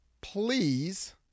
Please